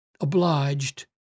obliged